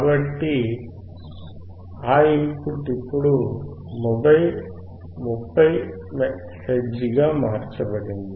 కాబట్టి ఆ ఇన్పుట్ ఇప్పుడు 30 హెర్ట్జ్ గా మార్చబడింది